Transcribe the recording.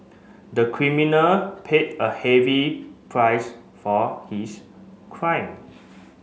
the criminal paid a heavy price for his crime